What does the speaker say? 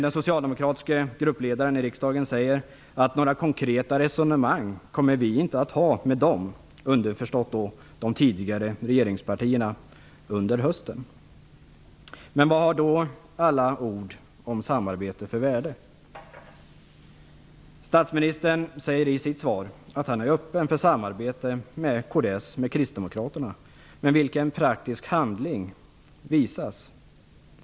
Den socialdemokratiske gruppledaren i riksdagen säger där: "Några konkreta resonemang kommer vi nog inte att ha med dem" - underförstått de tidigare regeringspartierna - "denna valhöst -." Vilket värde har då alla ord om samarbete? Statsministern säger i sitt svar att han är öppen för samarbete med Kristdemokraterna. Men vilken praktisk handling visas?